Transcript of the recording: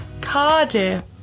Cardiff